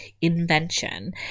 invention